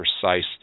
precise